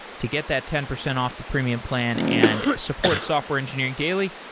to get that ten percent off the premium plan and support software engineering daily,